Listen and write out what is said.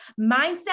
Mindset